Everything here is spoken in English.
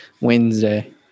Wednesday